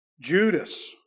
Judas